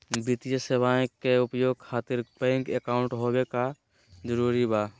वित्तीय सेवाएं के उपयोग खातिर बैंक अकाउंट होबे का जरूरी बा?